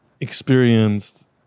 experienced